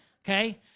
Okay